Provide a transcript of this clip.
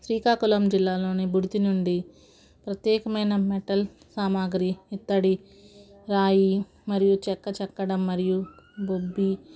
శ్రీకాకుళం జిల్లాలోని గుడితి నుండి ప్రత్యేకమైన మెటల్ సామగ్రి ఇత్తడి రాయి మరియు చెక్క చెక్కడం మరియు బొబ్బి